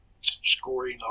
scoring